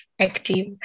active